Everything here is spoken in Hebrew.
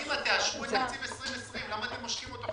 אם תאשרו את תקציב 2020, למה אתם מושכים אותו?